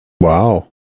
Wow